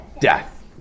Death